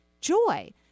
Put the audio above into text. joy